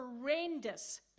horrendous